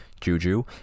Juju